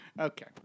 Okay